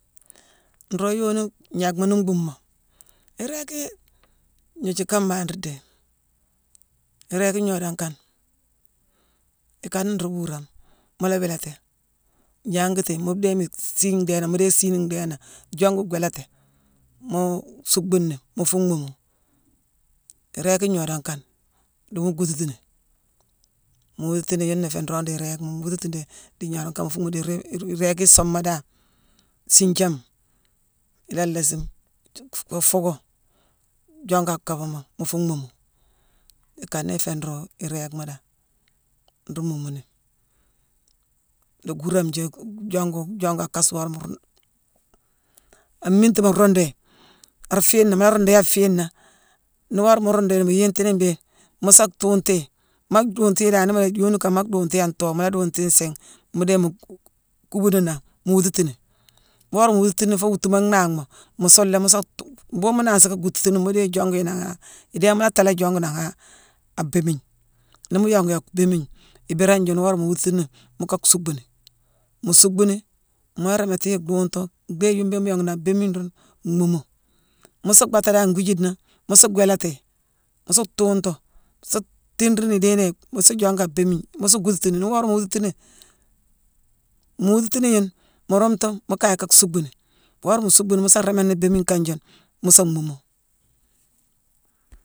Nroog yooni nii gnanghma mbuumoo, nrééki gnoojukama nruu diini iréég ngnoodane kane, ikane nruu wuurame, mu la wééléti gnangiti, mu dhééme sii ndhéénangh, mu dééye sii ndhéé nangh jongu gwéélati, muu suuckbuni, mu fuu mhuumu. Iréég gnoodane kane diimu guututini. Mu wuututini yuuna iféé nroog nruu iréégma mu wuututini dii ngaalakama foo mu dii-iréég kii isoobma dan: siinjaama ila laasime-j-ka fucku jongu a kaabama mu fuu mhuumu. Ikana iféé nruu iréégma dan nruu muumuni ni. Nuu guurame jii, jongu-jongu a kaasulorama-mu-ru an miingtima, ruundu yi ar fiina. Mu la ruundu yi aa fiina, nii worama mu ruundu yi mu yiintii mbéé, mu sa thuuntu yi. Maa juuntu yi dan nii mu yick yooni kama maa duuntu yi an too. Mu la duuntu yi nsiigh, mu dééye mu-ku-kubuni nangh, mu wuututini. Nii worama mu wuututini foo wuudetuma nhangh moo, mu suuléé, mu sa-tuun-mbhuunghune mu nanghsi ka guututini mu déye jongu yi nangha-idééma mu la taalé jongu yi nangha a béémiigne. Nii mu yongu yi aa béémigne, ibéérane juune, worama mu wuututini mucka suukcbuni. Mu suuckbuni, mu la rééméti yi duungtu, dhéye yune mbéé mu yongu ni a béémigne ruune mhuumu. Mu suu bhaaté dan ngwiijiidena, mu su gwéélati yi, mu su tuuntu, sa thiinrine idéénéye, mu su jongu a béémigne mu su guututini. Nii worama mu wuututini-mu wuututini yune, mu rumtu, mu kaye ka suuckbuni. Worama mu suukcbuni mu sa réémani béémigne kane june mu sa mhumu